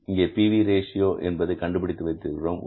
இங்கே நமது P V ratio PV Ratio கண்டுபிடித்து வைத்திருக்கிறோம்